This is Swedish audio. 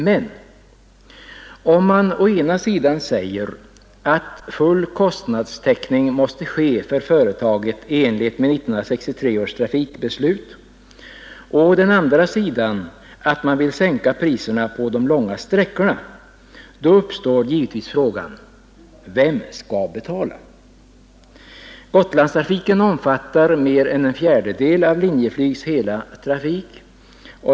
Men om man å ena sidan säger att full kostnadstäckning måste finnas för företaget i enlighet med 1963 års trafikbeslut och å andra sidan att man vill sänka priserna på de långa sträckorna, uppstår givetvis frågan: Vem skall betala? Gotlandstrafiken omfattar mer än en fjärdedel av Linjeflygs hela trafik.